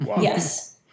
Yes